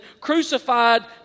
crucified